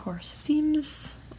seems